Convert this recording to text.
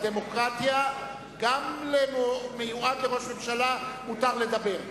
בדמוקרטיה גם למיועד לראש ממשלה מותר לדבר.